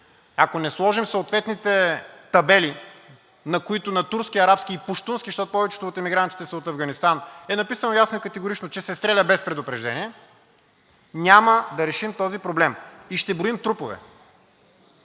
ако не сложим съответните табели, на които на турски, арабски и пущунски, защото повечето от емигрантите са от Афганистан, е написано ясно и категорично, че се стреля без предупреждение няма да решим този проблем и ще броим трупове.